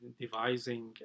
devising